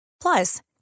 Plus